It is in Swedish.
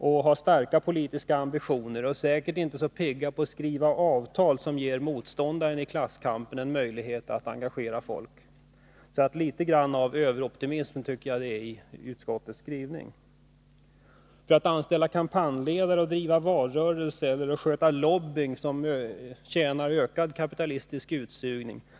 SAF har starka politiska ambitioner, och förhandlarna är säkert inte pigga på att skriva avtal som ger motståndaren i klasskampen en möjlighet att engagera folk. Därför tycker jag att utskottets skrivning är något överoptimistisk. Det finns redan oerhörda resurser för att anställa kampanjledare som skall driva valrörelser eller sköta lobbyverksamhet som främjar ökad kapitalistisk utsugning.